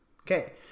Okay